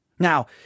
Now